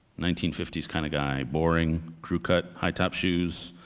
nineteen fifty s kind of guy, boring, crew-cut, high-top shoes,